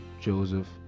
Joseph